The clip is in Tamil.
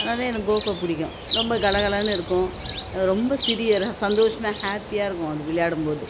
அதனால எனக்கு கோகோ பிடிக்கும் ரொம்ப கலகலனு இருக்கும் ரொம்ப சிரியராக சந்தோஷமாக ஹாப்பியாக இருக்கும் அது விளையாடும் போது